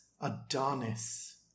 Adonis